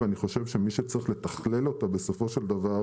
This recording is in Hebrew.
ואני חושב שמי שצריך לתכלל אותה בסופו של דבר,